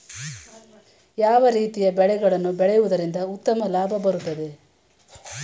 ಯಾವ ರೀತಿಯ ಬೆಳೆಗಳನ್ನು ಬೆಳೆಯುವುದರಿಂದ ಉತ್ತಮ ಲಾಭ ಬರುತ್ತದೆ?